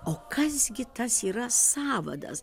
o kas gi tas yra sąvadas